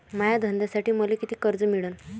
माया धंद्यासाठी मले कितीक कर्ज मिळनं?